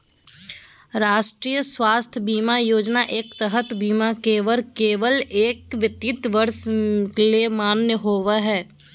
राष्ट्रीय स्वास्थ्य बीमा योजना के तहत बीमा कवर केवल एक वित्तीय वर्ष ले मान्य होबो हय